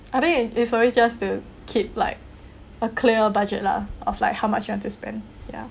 I mean it it's always just to keep like a clear budget lah of like how much you want to spend ya